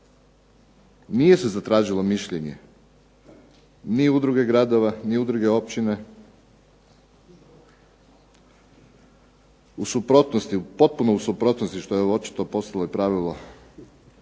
nije se zatražilo mišljenje ni Udruge gradova, ni Udruge općina. U suprotnosti, potpuno u suprotnosti što je ovo očito i postalo pravilo